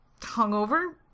Hungover